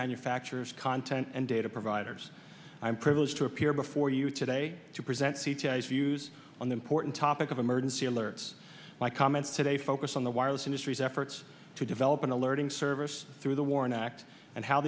manufacturers content and data providers i am privileged to appear before you today to present c t s views on important topic of emergency alerts my comments today focus on the wireless industry's efforts to develop an alerting service through the warren act and how